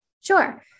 Sure